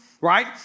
right